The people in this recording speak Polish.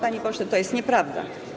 Panie pośle, to jest nieprawda.